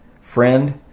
Friend